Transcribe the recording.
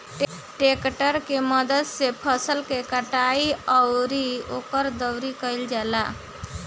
tractor के मदद से फसल के कटाई अउरी ओकर दउरी कईल जाला